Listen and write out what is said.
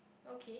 okay